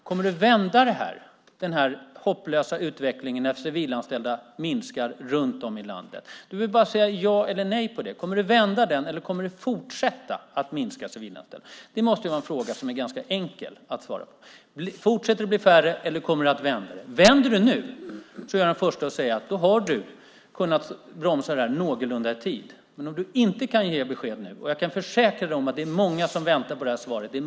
Kommer du att vända den hopplösa utvecklingen där antalet civilanställda minskar runt om i landet eller kommer antalet civilanställda att fortsätta att minska? Det måste vara en ganska enkel fråga att svara på. Du behöver bara säga ja eller nej. Fortsätter antalet civilanställda att bli mindre, eller kommer utvecklingen att vända? Om du vänder på den nu är jag den förste att säga att du kunnat bromsa den någorlunda i tid.